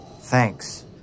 Thanks